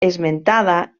esmentada